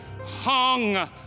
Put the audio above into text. hung